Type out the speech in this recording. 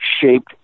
shaped